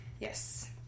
Yes